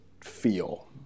feel